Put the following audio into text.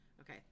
okay